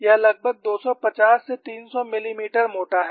यह लगभग 250 से 300 मिलीमीटर मोटा है